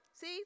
See